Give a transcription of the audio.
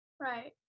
Right